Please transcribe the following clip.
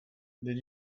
did